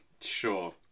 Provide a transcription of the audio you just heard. sure